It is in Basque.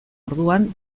orduan